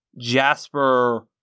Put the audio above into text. Jasper